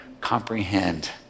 comprehend